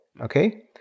okay